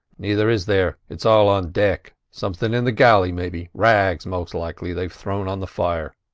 neither is there it's all on deck. something in the galley, maybe rags, most likely, they've thrown on the fire.